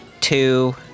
two